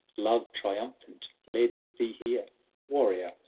love triumphant led thee here warrior,